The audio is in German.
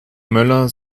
möller